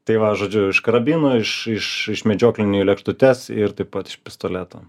tai va žodžiu iš karabino iš iš medžioklinio į lėkštutes ir taip pat iš pistoleto